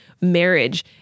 marriage